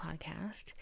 podcast